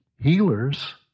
healers